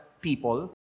people